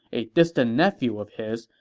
a distant nephew of his,